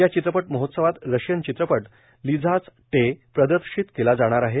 या चित्रपट महोत्सवात रशियन चित्रपट लिझाझ टे प्रदर्शित केला जाणार आहे